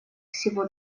всего